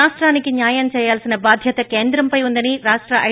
రాష్టానికి న్యాయం చేయాల్సిన బాధ్యత కేంద్రంపై ఉందని రాష్ట ఐ